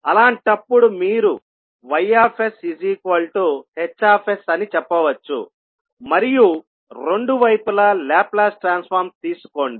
అలాంటప్పుడు మీరు YsHsఅని చెప్పవచ్చు మరియు రెండువైపులా లాప్లాస్ ట్రాన్స్ఫార్మ్ తీసుకోండి